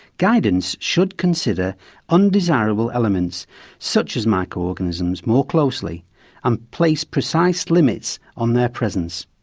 guidance should consider undesirable elements such as micro-organisms more closely and place precise limits on their presence.